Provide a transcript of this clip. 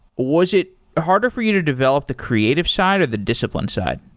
was it harder for you to develop the creative side, or the discipline side?